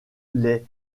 les